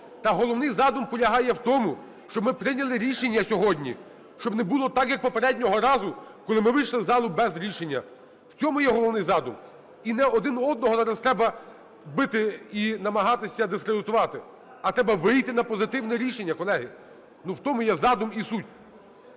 головний задум полягає в тому, щоб ми прийняли рішення сьогодні, щоб не було так, як попереднього разу, коли ми вийшли із залу без рішення. В цьому є головний задум. І не один одного зараз треба бити і намагатися дискредитувати, а треба вийти на позитивне рішення, колеги. Ну, в тому є задум і суть.